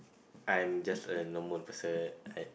I'm just a normal person I